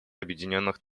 объединенных